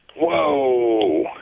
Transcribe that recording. Whoa